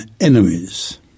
enemies